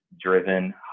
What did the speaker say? Driven